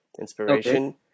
inspiration